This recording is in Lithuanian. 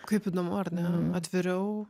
kaip įdomu ar ne atviriau